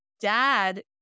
dad